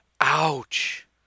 Ouch